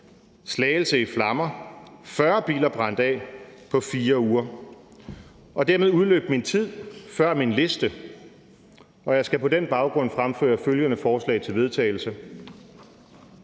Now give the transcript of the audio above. »Slagelse i flammer: 40 biler brændt af på 4 uger«. Dermed udløb min tid før min liste, og jeg skal på den baggrund fremsætte følgende forslag til vedtagelse: